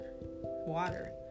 water